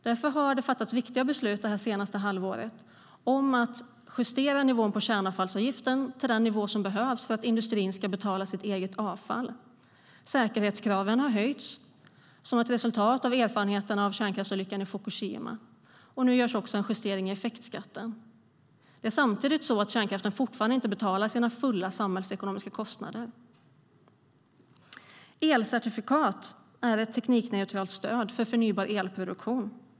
Därför har det fattats viktiga beslut det senaste halvåret om att justera nivån på kärnavfallsavgiften till den nivå som behövs för att industrin ska betala för sitt eget avfall. Elcertifikat är ett teknikneutralt stöd för förnybar elproduktion.